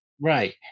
right